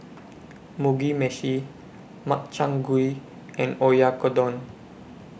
Mugi Meshi Makchang Gui and Oyakodon